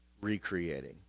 recreating